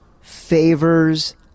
favors